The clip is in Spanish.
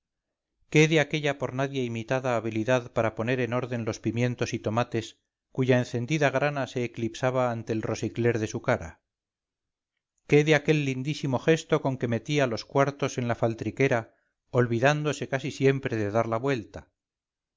qué de aquella por nadie imitada habilidad para poner en orden los pimientos y tomates cuya encendida grana se eclipsaba ante el rosicler de su cara qué de aquel lindísimo gesto con que metía los cuartos en la faltriquera olvidándose casi siempre de dar la vuelta